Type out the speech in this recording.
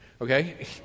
okay